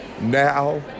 now